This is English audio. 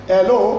Hello